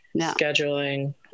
Scheduling